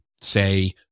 say